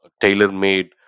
tailor-made